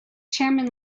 chairman